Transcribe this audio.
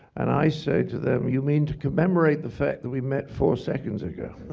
and i say to them, you mean to commemorate the fact that we met four seconds ago?